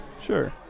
Sure